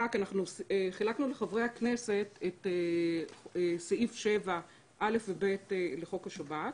חילקנו לחברי הכנסת את סעיף 7(א) ו-(ב) לחוק השב"כ